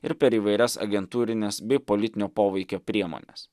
ir per įvairias agentūrines bei politinio poveikio priemones